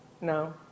No